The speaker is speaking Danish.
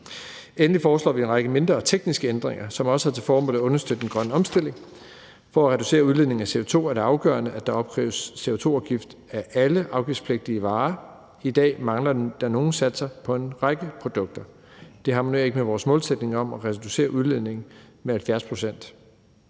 Endelig foreslår vi en række mindre tekniske ændringer, som også har til formål at understøtte den grønne omstilling. For at reducere udledningen af CO2 er det afgørende, at der opkræves en CO2-afgift af alle afgiftspligtige varer. I dag mangler der nogle satser på en række produkter. Det harmonerer ikke med vores målsætning om at reducere udledningen med 70 pct.